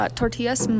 tortillas